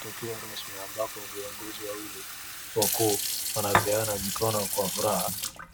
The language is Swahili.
Tukio rasmi ambapo viongozi wawili wako wanapeana mikono